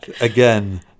again